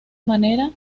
manera